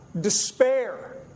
despair